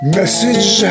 message